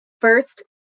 first